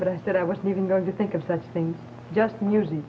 but i said i wasn't even going to think of such things just us